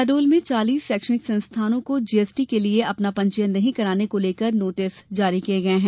शहडोल में चालीस शैक्षणिक संस्थानों कोचिंग को जीएसटी के लिये अपना पंजीयन नहीं कराने को लेकर नोटिस जारी किये हैं